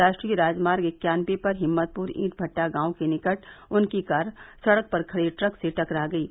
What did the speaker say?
राष्ट्रीय राजमार्ग इक्यानवे पर हिम्मतपुर ईंट भट्टा गांव के निकट उनकी कार सड़क पर खड़े ट्रक से टकरा गयी